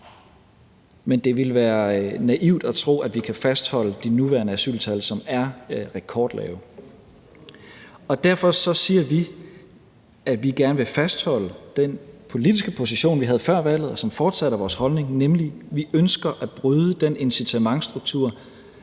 men det vil være naivt at tro, at vi kan fastholde de nuværende asyltal, som er rekordlave. Derfor siger vi, at vi gerne vil fastholde den politiske position, vi havde før valget, og som fortsat er vores holdning, nemlig at vi ønsker at bryde den incitamentsstruktur,